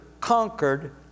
conquered